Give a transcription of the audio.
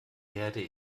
herde